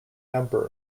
number